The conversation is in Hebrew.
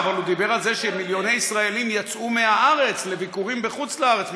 אבל הוא דיבר על זה שמיליוני ישראלים יצאו מהארץ לביקורים בחוץ-לארץ.